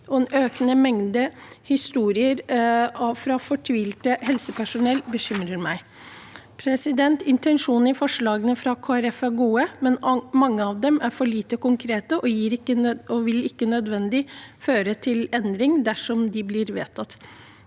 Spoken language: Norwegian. En økende mengde historier fra fortvilt helsepersonell bekymrer meg. Intensjonene i forslagene fra Kristelig Folkeparti er gode, men mange av dem er for lite konkrete og vil ikke nødvendigvis føre til endring dersom de blir vedtatt.